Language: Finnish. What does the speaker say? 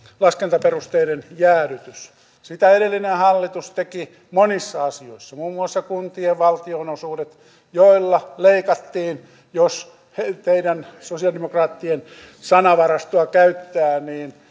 laskentaperusteiden jäädytys sitä edellinen hallitus teki monissa asioissa muun muassa kuntien valtionosuuksissa joilla leikattiin jos teidän sosialidemokraattien sanavarastoa käyttää